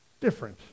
different